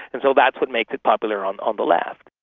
and so that's what makes it popular on on the left.